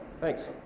Thanks